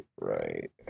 right